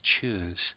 choose